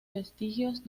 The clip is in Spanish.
vestigios